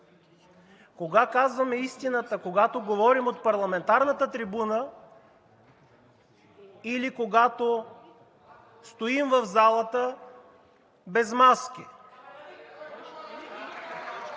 Кога казваме истината – когато говорим от парламентарната трибуна, или когато стоим в залата без маски?!